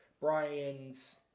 Brian's